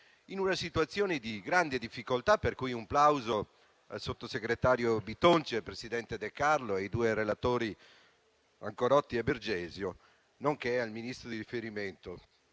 in una situazione di grande difficoltà, per cui rivolgo un plauso al sottosegretario Bitonci, al presidente De Carlo e ai due relatori Ancorotti e Bergesio, nonché al ministro di riferimento